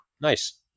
nice